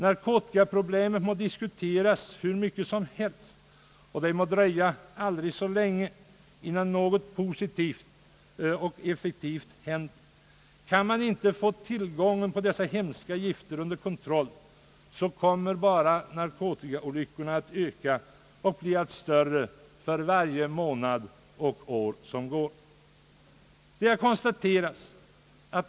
Narkotikaprobiemet må diskuteras hur mycket som helst, det må dröja aldrig så länge innan något positivt och effektivt händer, men kan man inte få tillgången på dessa hemska gifter under kontroll, kommer narkotikaolyckorna bara att öka och bli allt större för varje månad och år som går.